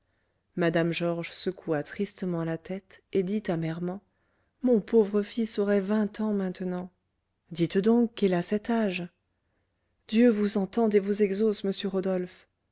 georges secoua tristement la tête et dit amèrement mon pauvre fils aurait vingt ans maintenant dites donc qu'il a cet âge dieu vous entende et vous exauce monsieur rodolphe